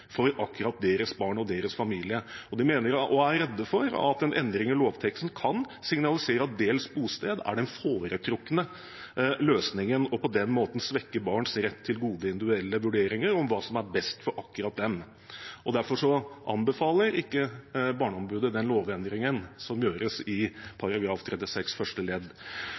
for akkurat deres barn og deres familie. Barneombudet er redd for at en endring i lovteksten kan signalisere at delt bosted er den foretrukne løsningen, og at en på den måten kan svekke barns rett til gode, individuelle vurderinger av hva som er best for akkurat dem. Derfor anbefaler ikke Barneombudet den lovendringen som gjøres i § 36 første ledd.